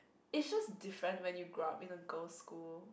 it's just different when you grow up in a girl's school